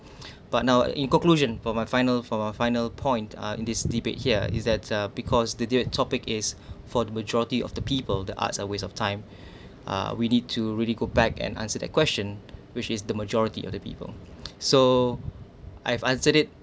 but now in conclusion for my final for my final point uh in this debate here is that uh because the debate topic is for the majority of the people the arts a waste of time uh we need to really go back and answered that question which is the majority of the people so I've answered it